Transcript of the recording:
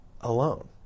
alone